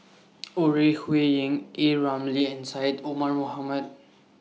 Ore Huiying A Ramli and Syed Omar Mohamed